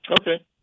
Okay